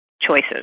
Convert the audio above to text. choices